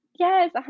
Yes